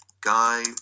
Guy